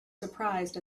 surprised